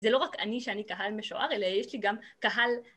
זה לא רק אני שאני קהל משוער, אלא יש לי גם קהל...